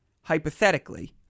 hypothetically